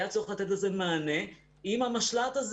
היה צריך לתת לזה מענה עם המשל"ט הזה